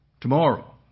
Tomorrow